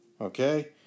Okay